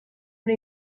una